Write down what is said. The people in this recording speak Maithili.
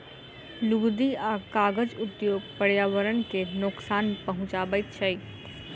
लुगदी आ कागज उद्योग पर्यावरण के नोकसान पहुँचाबैत छै